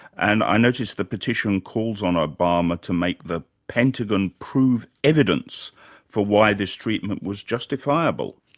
and i notice the petition calls on obama to make the pentagon provide evidence for why this treatment was justifiable.